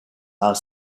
are